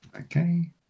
okay